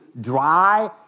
dry